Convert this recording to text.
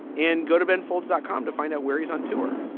and go to ben folds dot com to find out where he's on tour.